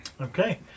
Okay